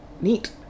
Neat